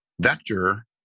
Vector